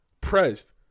pressed